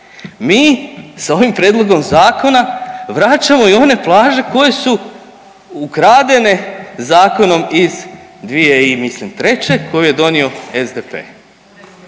mi sa ovim Prijedlogom zakona vraćamo i one plaže koje su ukradene zakonom iz mislim 2003. koji je donio SDP-e.